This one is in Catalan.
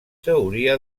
teoria